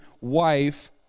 wife